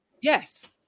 Yes